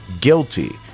guilty